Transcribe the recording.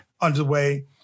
underway